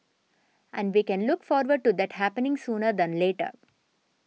and we can look forward to that happening sooner than later